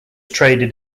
traded